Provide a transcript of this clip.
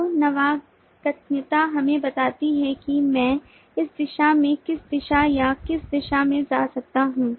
तो नवागम्यता हमें बताती है कि मैं इस दिशा में किस दिशा या किस दिशा में जा सकता हूं